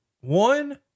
one